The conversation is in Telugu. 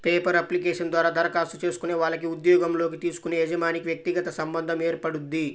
పేపర్ అప్లికేషన్ ద్వారా దరఖాస్తు చేసుకునే వాళ్లకి ఉద్యోగంలోకి తీసుకునే యజమానికి వ్యక్తిగత సంబంధం ఏర్పడుద్ది